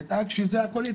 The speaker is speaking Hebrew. נדאג שהכול יתפרסם.